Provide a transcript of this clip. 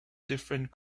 different